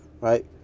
Right